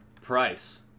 Price